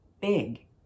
big